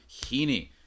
Heaney